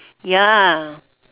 ya